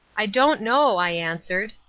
i don't know i answered,